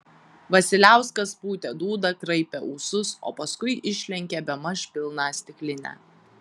vasiliauskas pūtė dūdą kraipė ūsus o paskui išlenkė bemaž pilną stiklinę